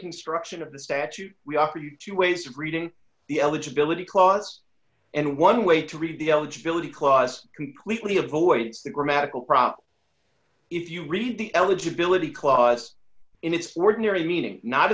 construction of the statute we offer two ways of reading the eligibility clause and one way to read the eligibility clause completely avoids the grammatical prop if you read the eligibility clause in its ordinary meaning not